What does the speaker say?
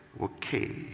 Okay